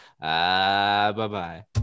bye-bye